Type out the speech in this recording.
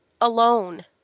alone